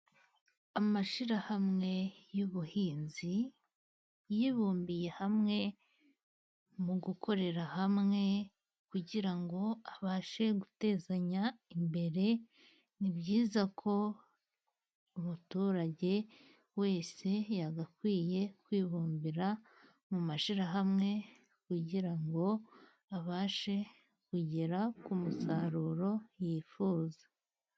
Amashyirahamwe y'ubuhinzi yibumbiye hamwe mu gukorera hamwe kugira ngo abashe gutezanya imbere. Ni byiza ko umuturage wese yagakwiye kwibumbira mu mashyirahamwe kugira ngo abashe kugera ku musaruro yifuza.